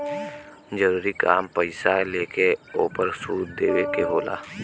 जरूरी काम पईसा लेके ओपर सूद देवे के होला